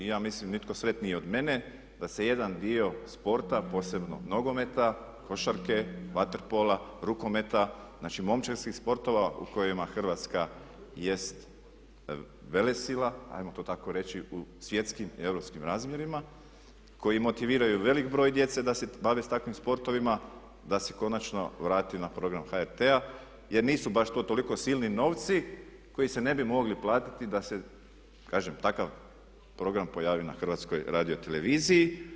Ja mislim nitko sretniji od mene da se jedan dio sporta, posebno nogometa, košarke, vaterpola, rukometa, znači momčadskih sportova u kojima Hrvatska jest velesila ajmo to tako reći u svjetskim i europskim razmjerima koji motiviraju veliki broj djece da se bave s takvim sportovima da se konačno vrati na program HRT-a jer nisu baš to toliko silni novci koji se ne bi mogli platiti da se kažem takav program pojavi na HRT-u.